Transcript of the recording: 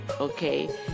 Okay